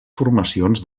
formacions